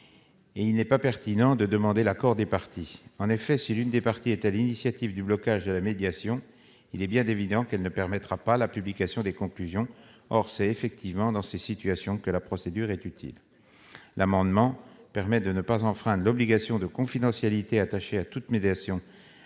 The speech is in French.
et il n'est pas pertinent de demander l'accord des parties. En effet, si l'une des parties est à l'initiative du blocage de la médiation, il est bien évident qu'elle ne permettra pas la publication des conclusions. Or c'est effectivement dans ces situations que la procédure est utile. L'amendement permet de ne pas enfreindre l'obligation de confidentialité attachée à toute médiation